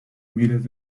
miles